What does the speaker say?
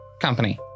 company